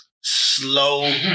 Slow